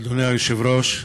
אדוני היושב-ראש,